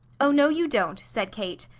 oh, no you don't! said kate.